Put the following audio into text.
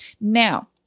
Now